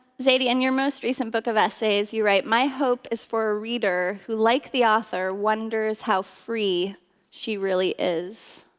zadie, in your most recent book of essays, you write, my hope is for a reader who, like the author, wonders how free she really is.